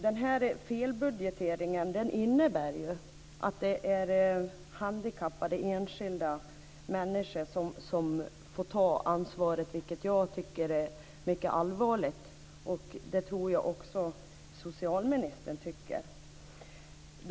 Denna felbudgetering innebär att det är enskilda handikappade människor som får ta ansvaret, vilket jag tycker är mycket allvarligt. Det tror jag att också socialministern tycker.